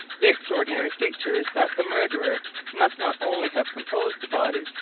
the extraordinary feature is that the murderer must not only have composed the body,